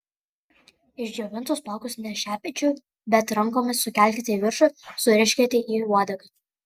išdžiovintus plaukus ne šepečiu bet rankomis sukelkite į viršų suriškite į uodegą